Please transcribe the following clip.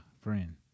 friend